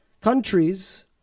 countries